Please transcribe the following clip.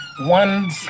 one